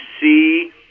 see